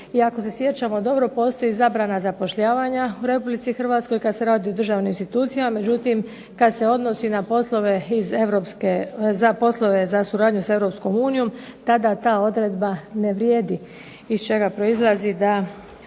I ako se sjećamo dobro, postoji zabrana zapošljavanja u Republici Hrvatskoj kad se radi o državnim institucijama, međutim kad se odnosi na poslove za suradnju s Europskom unijom tada ta odredba ne vrijedi iz čega proizlazi da